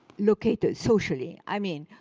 located socially? i mean,